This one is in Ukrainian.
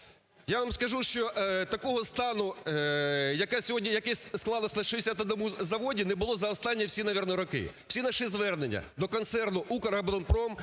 Я вам скажу, що такого стану яке сьогодні склалося на 61 заводі не було за останні всі наверно роки. Всі наші звернення до концерну "Укроборонпром"